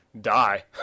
die